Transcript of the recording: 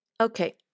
Okay